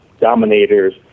dominators